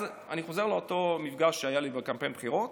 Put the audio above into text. אני חוזר לאותו מפגש שהיה לי בקמפיין הבחירות.